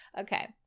Okay